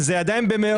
עדיין מדובר במאות.